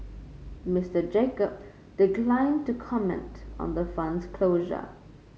Mister Jacob declined to comment on the fund's closure